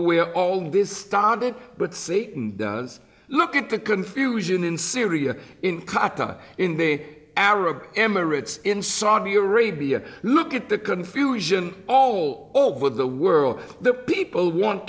where all this started but see does look at the confusion in syria in qatar in the arab emirates in saudi arabia look at the confusion all over the world the people want